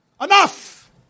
Enough